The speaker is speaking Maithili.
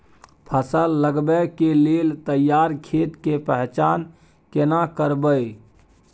फसल लगबै के लेल तैयार खेत के पहचान केना करबै?